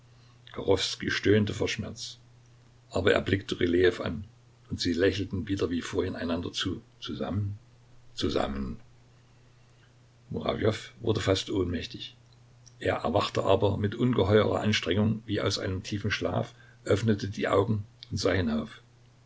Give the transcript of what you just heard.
stöhnte vor schmerz aber er blickte rylejew an und sie lächelten wieder wie vorhin einander zu zusammen zusammen murawjow wurde fast ohnmächtig er erwachte aber mit ungeheurer anstrengung wie aus einem tiefen schlaf öffnete die augen und sah hinauf